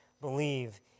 believe